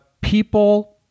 people